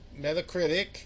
Metacritic